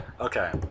Okay